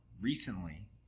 recently